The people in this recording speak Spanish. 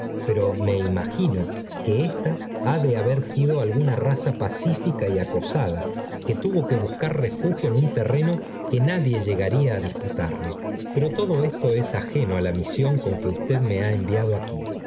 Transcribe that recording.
pero me imagino que ésta ha de haber sido alguna raza pacífica y acosada que tuvo que buscar refugio en un terreno que nadie llegaría á dis putarle pero todo esto es ajeno á la misión con que usted me ha enviado aquí